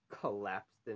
Collapsed